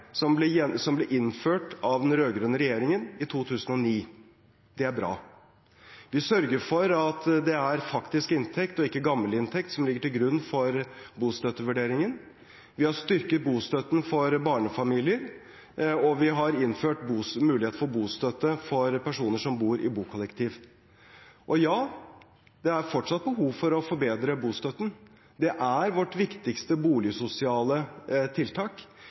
som ble innført av den rød-grønne regjeringen i 2009. Det er bra. Vi sørger for at det er faktisk inntekt og ikke gammel inntekt som ligger til grunn for bostøttevurderingen. Vi har styrket bostøtten for barnefamilier, og vi har innført mulighet for bostøtte for personer som bor i bokollektiv. Ja, det er fortsatt behov for å forbedre bostøtten. Det er vårt viktigste boligsosiale tiltak.